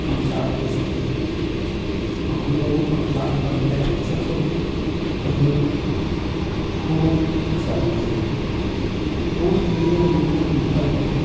हम चार दोस्त थे और हम लोगों का प्लान बन गया कि चलो हम कहीं टूर चलते हैं तो टूर के लिए हम लोग निकल गए